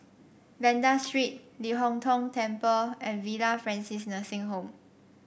Banda Street Ling Hong Tong Temple and Villa Francis Nursing Home